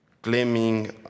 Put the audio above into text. claiming